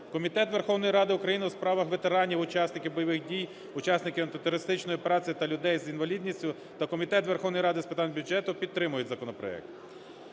Комітет Верховної Ради України у справах ветеранів, учасників бойових дій, учасників антитерористичної операції та людей з інвалідністю та Комітет Верховної Ради з питань бюджету підтримують законопроект.